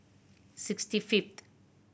sixty fifth